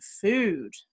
food